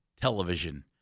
television